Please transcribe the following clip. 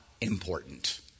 important